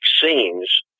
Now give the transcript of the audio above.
scenes